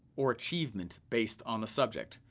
or achievement, based on the subject.